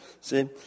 See